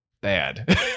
bad